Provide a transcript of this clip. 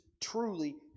truly